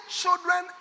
children